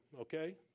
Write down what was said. okay